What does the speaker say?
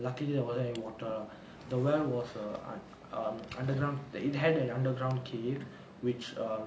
luckily there wasn't any water the well was err um underground he had an underground cave which err